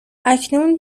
اکنون